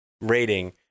rating